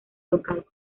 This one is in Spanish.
local